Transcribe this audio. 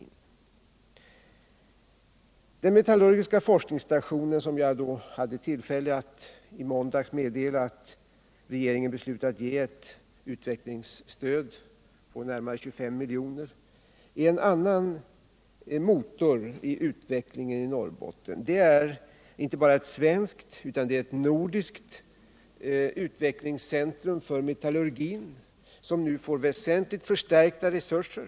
När det gäller en annan motor i utvecklingen i Norrbotten, den metallurgiska forskningsstationen, hade jag i måndags tillfälle att meddela att regeringen beslutat ge ett utvecklingsstöd på närmare 25 milj.kr. till denna. Det är inte bara ett svenskt utan också eu nordiskt utvecklingscentrum för metallurgin som nu får väsentligt förstärkta resurser.